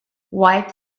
wipe